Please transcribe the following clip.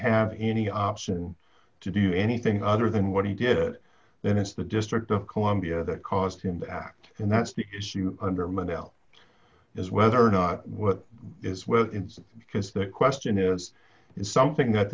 have any option to do anything other than what he did then it's the district of columbia that caused him to act and that's the issue under my belt is whether or not what is well because the question is is something that